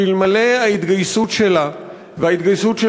שאלמלא ההתגייסות שלה וההתגייסות של